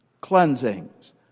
cleansings